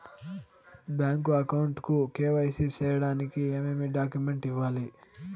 Bank account కు KYC సేయడానికి ఏమేమి డాక్యుమెంట్ ఇవ్వాలి?